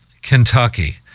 Kentucky